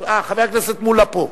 אה, חבר הכנסת מולה פה,